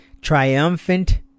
Triumphant